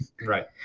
Right